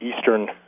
Eastern